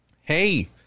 hey